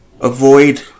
avoid